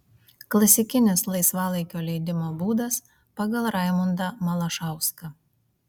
klasikinis laisvalaikio leidimo būdas pagal raimundą malašauską